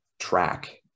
track